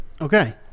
Okay